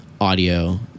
audio